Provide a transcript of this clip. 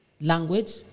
language